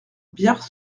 biars